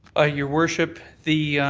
ah your worship, the